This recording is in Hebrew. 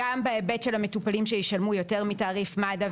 בהיבט של המטופלים שישלמו יותר מתעריף מד"א,